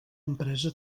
empresa